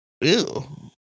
Ew